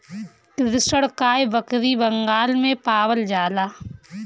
कृष्णकाय बकरी बंगाल में पावल जाले